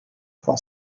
frau